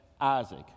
Isaac